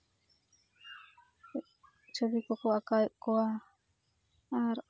ᱪᱷᱚᱵᱤ ᱠᱚᱠᱚ ᱟᱸᱠᱟᱣᱮᱫ ᱠᱚᱣᱟ ᱟᱨ